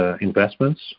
investments